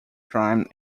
crime